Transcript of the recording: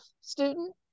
student